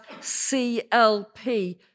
CLP